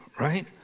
right